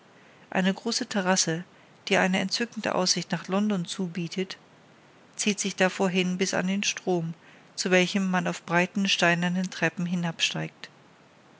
eine große terrasse die eine entzückende aussicht nach london zu bietet zieht sich davor hin bis an den strom zu welchem man auf breiten steinernen treppen hinabsteigt